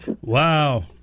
Wow